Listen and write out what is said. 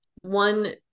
one